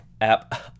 app